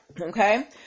Okay